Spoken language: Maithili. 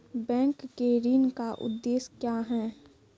बैंक के ऋण का उद्देश्य क्या हैं?